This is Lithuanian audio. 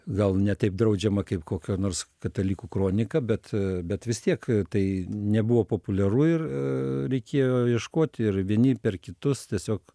gal ne taip draudžiama kaip kokio nors katalikų kronika bet bet vis tiek tai nebuvo populiaru ir reikėjo ieškoti ir vieni per kitus tiesiog